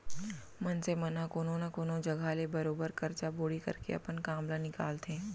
मनसे मन ह कोनो न कोनो जघा ले बरोबर करजा बोड़ी करके अपन काम ल निकालथे